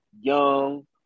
young